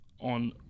on